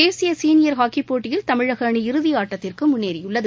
தேசிய senior hockey போட்டியில் தமிழக அணி இறுதி ஆட்டத்திற்கு முன்னேறியுள்ளது